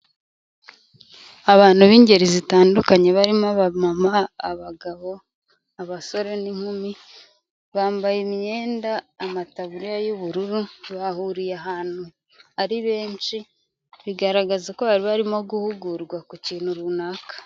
Abantu b'ingeri zitandukanye barimo abamama, abagabo, abasore n'inkumi, bambaye imyenda amataburiya y'ubururu bahuriye ahantu ari benshi, bigaragaza ko bari barimo guhugurwa ku kintu runaka.